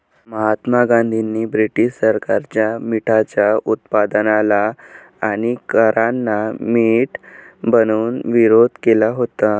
महात्मा गांधींनी ब्रिटीश सरकारच्या मिठाच्या उत्पादनाला आणि करांना मीठ बनवून विरोध केला होता